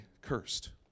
cursed